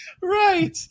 Right